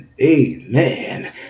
Amen